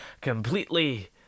completely